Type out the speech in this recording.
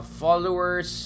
followers